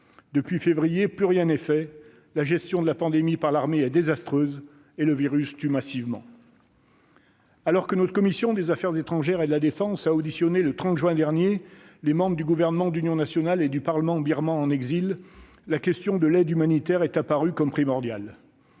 Depuis février, plus rien n'est fait ; la gestion de la pandémie par l'armée est désastreuse et le virus tue massivement. Lors de l'audition, par notre commission des affaires étrangères, de la défense et des forces armées, le 30 juin dernier, des membres du gouvernement d'union nationale et du parlement birman en exil, la question de l'aide humanitaire est apparue primordiale.